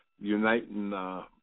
uniting